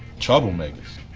trouble makers!